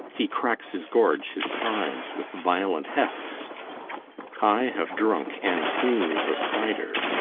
he cracks his gorge, his sides, with violent hefts i have drunk, and seen the spider.